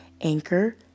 Anchor